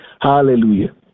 Hallelujah